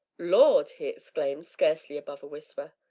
lord! he exclaimed, scarcely above a whisper.